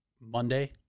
Monday